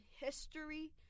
history